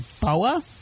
boa